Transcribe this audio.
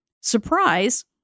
surprise